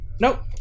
Nope